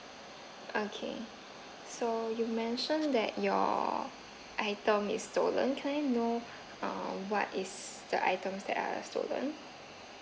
okay so you mentioned that your item is stolen can I know uh what is the items that are stolen